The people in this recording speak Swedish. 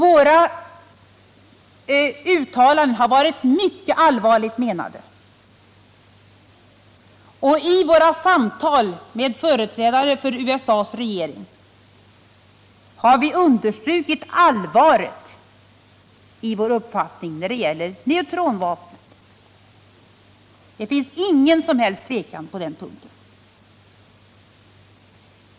Våra uttalanden har också varit mycket allvarligt menade, och vid våra samtal med företrädare för USA:s regering har vi kraftigt understrukit allvaret i vår uppfattning när det gäller neutronvapnen. Det råder ingen tvekan på den punkten!